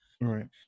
Right